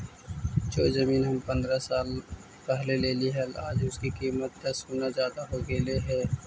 जो जमीन हम पंद्रह साल पहले लेली हल, आज उसकी कीमत दस गुना जादा हो गेलई हे